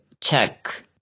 check